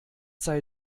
sei